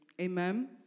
amen